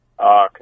Okay